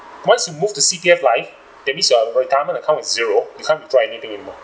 once you move to C_P_F life that means your retirement account is zero you can't withdraw anything anymore